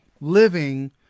Living